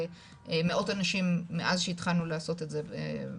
למאות אנשים מאז שהתחלנו לעשות את זה,